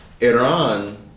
Iran